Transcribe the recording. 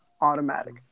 automatic